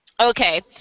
Okay